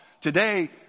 Today